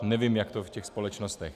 Nevím, jak je to v těch společnostech.